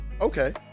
Okay